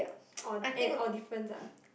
oh and or difference ah